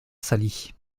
sali